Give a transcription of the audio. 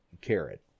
carrot